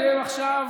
אתם עכשיו